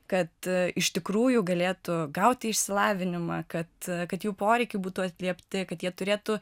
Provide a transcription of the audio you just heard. kad iš tikrųjų galėtų gauti išsilavinimą kad kad jų poreikiai būtų atliepti kad jie turėtų